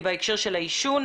בהקשר של העישון.